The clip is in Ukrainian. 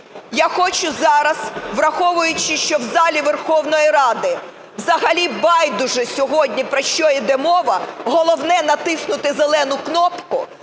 Я хочу зараз, враховуючи, що залі Верховної Ради взагалі байдуже сьогодні, про що йде мова, головне – натиснути "зелену кнопку",